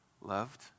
loved